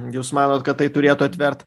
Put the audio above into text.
jūs manot kad tai turėtų atvert